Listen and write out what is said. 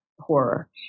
Horror